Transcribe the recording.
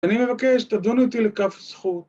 ‫אני מבקש שתדון אותי לכף זכות.